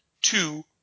two